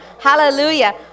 Hallelujah